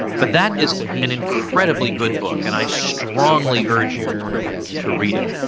but, that is an incredibly good book, and i strongly urge you to read it.